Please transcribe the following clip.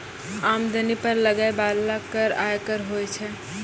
आमदनी पर लगै बाला कर आयकर होय छै